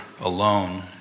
alone